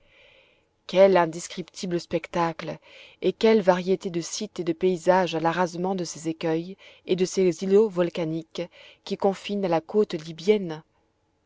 quel indescriptible spectacle et quelle variété de sites et de paysages à l'arasement de ces écueils et de ces îlots volcaniques qui confinent à la côte iybienne